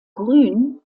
grün